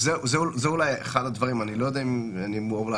זו תופעה גדולה מאוד,